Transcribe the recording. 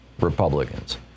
Republicans